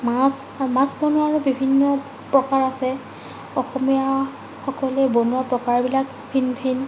মাছ অঁ মাছ বনোৱাৰো বিভিন্ন প্ৰকাৰ আছে অসমীয়া সকলোৱে বনোৱা প্ৰকাৰবিলাক ভিন ভিন